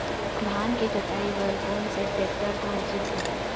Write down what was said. धान के जोताई बर कोन से टेक्टर ह उचित हवय?